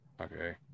Okay